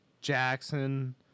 Jackson